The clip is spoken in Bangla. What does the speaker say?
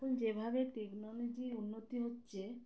এখন যেভাবে টেকনোলজির উন্নতি হচ্ছে